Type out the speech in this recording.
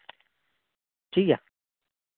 ᱴᱷᱤᱠᱜᱮᱭᱟ ᱢ